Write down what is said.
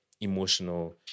emotional